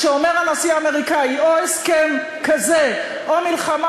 כשאומר הנשיא האמריקני: או הסכם כזה או מלחמה,